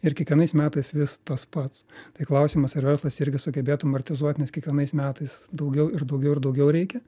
ir kiekvienais metais vis tas pats tai klausimas ar verslas irgi sugebėtų amortizuot nes kiekvienais metais daugiau ir daugiau ir daugiau reikia